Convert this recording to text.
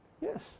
yes